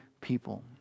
people